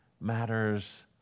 matters